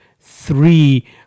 Three